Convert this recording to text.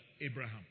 Abraham